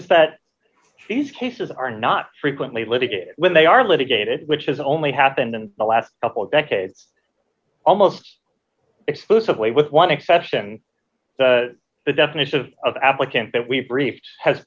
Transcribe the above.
is that these cases are not frequently litigated when they are litigated which has only happened in the last couple of decades almost exclusively with one exception the definition of of applicant that we've briefed has